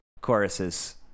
choruses